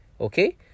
okay